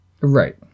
Right